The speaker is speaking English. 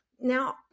Now